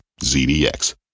ZDX